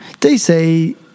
DC